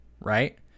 right